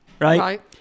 Right